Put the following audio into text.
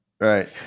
right